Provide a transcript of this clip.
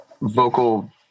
vocal